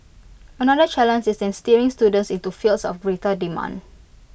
another challenge is in steering students into fields of greater demand